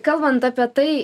kalbant apie tai